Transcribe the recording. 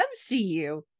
mcu